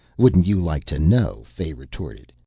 wouldn't you like to know? fay retorted.